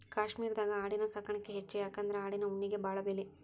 ಕಾಶ್ಮೇರದಾಗ ಆಡಿನ ಸಾಕಾಣಿಕೆ ಹೆಚ್ಚ ಯಾಕಂದ್ರ ಆಡಿನ ಉಣ್ಣಿಗೆ ಬಾಳ ಬೆಲಿ